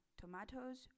tomatoes